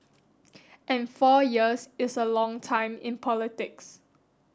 and four years is a long time in politics